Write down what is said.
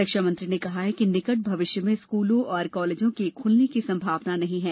रक्षा मंत्री ने कहा कि निकट भविष्य में स्कूलों और कॉलेजों के खुलने की संभावना नहीं है